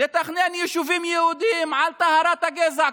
לתכנן יישובים יהודיים על טהרת הגזע,